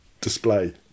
Display